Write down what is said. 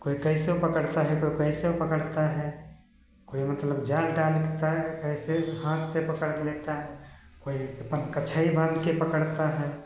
कोई कैसे पकड़ता है कोई कैसे पकड़ता है कोई मतलब जाल डाल के कोई ऐसे ही हाथ से पकड़ लेता है कोई अपन कछई बांध के पकड़ता है